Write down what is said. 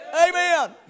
amen